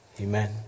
Amen